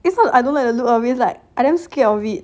it's not that I don't like the look of it like I damn scared of it